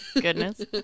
goodness